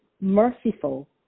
merciful